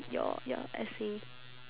your your essay